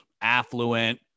affluent